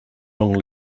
long